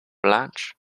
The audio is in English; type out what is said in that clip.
blanche